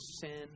sin